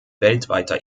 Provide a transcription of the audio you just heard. weltweiter